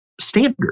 standard